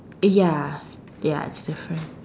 ya ya it's different